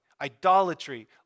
idolatry